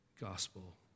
gospel